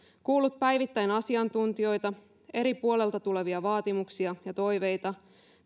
kuullut päivittäin asiantuntijoita eri puolelta tulevia vaatimuksia ja toiveita